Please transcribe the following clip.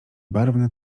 barwne